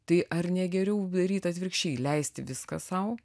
tai ar ne geriau daryt atvirkščiai leisti viską sau